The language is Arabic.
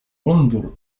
أنظر